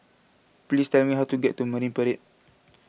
please tell me how to get to Marine Parade